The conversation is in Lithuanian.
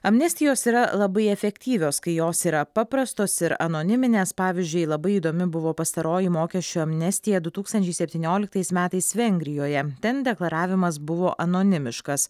amnestijos yra labai efektyvios kai jos yra paprastos ir anoniminės pavyzdžiui labai įdomi buvo pastaroji mokesčių amnestija du tūkstančiai septynioliktais metais vengrijoje ten deklaravimas buvo anonimiškas